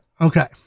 Okay